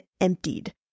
emptied